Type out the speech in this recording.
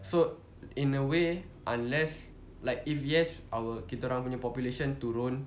so in a way unless like if yes our kita orang punya population turun